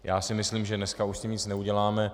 Já si myslím, že dneska už s tím nic neuděláme.